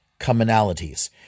commonalities